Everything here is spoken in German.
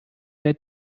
der